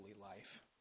life